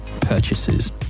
purchases